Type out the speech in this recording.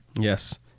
Yes